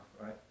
right